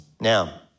Now